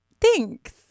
Thanks